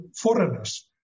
foreigners